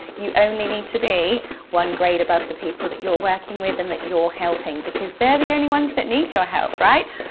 you only need to be one grade above the people that you're working with and that you're helping because they're the only ones that need your help, right,